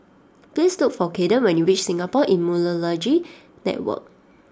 please look for Caden when you reach Singapore Immunology Network